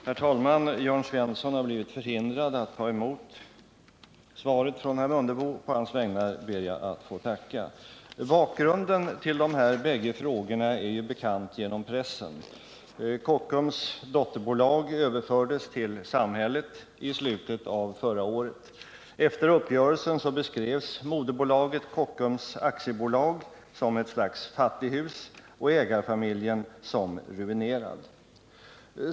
Herr talman! Jörn Svensson har blivit förhindrad att ta emot svaret, och på hans vägnar ber jag att få tacka budgetoch ekonomiministern. Bakgrunden till de bägge frågorna är bekant genom pressen. Kockums dotterbolag överfördes till samhället i slutet av förra året. Efter uppgörelsen — Nr 93 beskrevs moderbolaget Kockums AB som ett slags fattighus och ägarfamiljen som ruinerad.